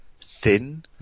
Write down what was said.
thin